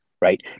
right